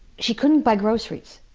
she couldn't buy groceries.